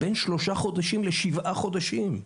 בין שלושה חודשים לשבעה חודשים.